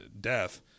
death